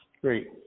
great